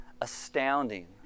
astounding